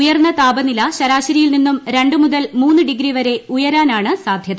ഉയർന്ന താപനില ശരാശരിയിൽ നിന്നും രണ്ട് മുതൽ മൂന്നു ഡിഗ്രി വരെ ഉയരാനാണ് സാധ്യത